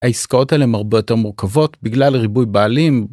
העסקאות האלה הן הרבה יותר מורכבות בגלל ריבוי בעלים.